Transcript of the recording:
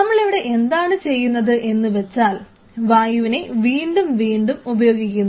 നമ്മളിവിടെ എന്താണ് ചെയ്യുന്നത് എന്ന് വെച്ചാൽ വായുവിനെ വീണ്ടും വീണ്ടും ഉപയോഗിക്കുന്നു